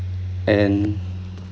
and